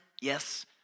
yes